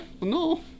No